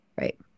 Right